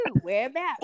Whereabouts